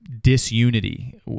disunity